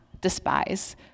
despise